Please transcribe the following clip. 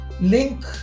link